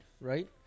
right